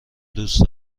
دوست